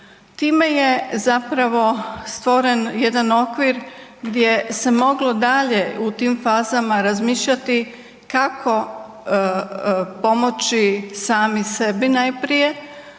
Time je zapravo stvoren jedan okvir gdje se moglo dalje u tim fazama razmišljati kako pomoći sami sebi najprije,